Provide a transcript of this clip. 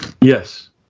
yes